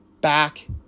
back